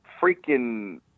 Freaking